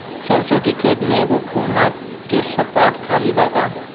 सरसों के खेत में एगो कोना के स्पॉट खाली बा का?